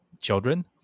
children